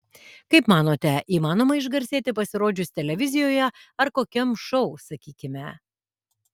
kaip manote įmanoma išgarsėti pasirodžius televizijoje ar kokiam šou sakykime